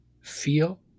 feel